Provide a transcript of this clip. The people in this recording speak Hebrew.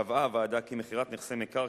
קבעה הוועדה כי מכירת נכסי מקרקעין,